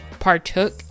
partook